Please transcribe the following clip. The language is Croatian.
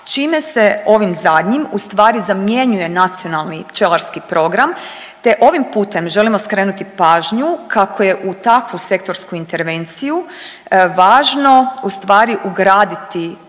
čime se ovim zadnjim ustvari zamjenjuje nacionalni pčelarski program te ovim putem želimo skrenuti pažnju kako je u takvu sektorsku intervenciju važno ustvari ugraditi